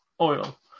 oil